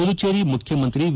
ಪುದುಚೇರಿ ಮುಖ್ಯಮಂತ್ರಿ ವಿ